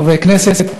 חברי כנסת,